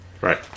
Right